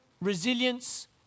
resilience